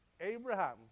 Abraham